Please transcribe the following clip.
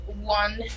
one